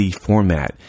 format